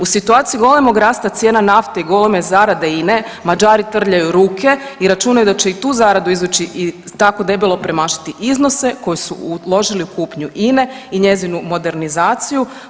U situaciji golemog rasta cijena nafte i goleme zarade INE Mađari trljaju ruke i računaju da će i tu zaradu izvući i tako debelo premašiti iznose koje su uložili u kupnju INE i njezinu modernizaciju.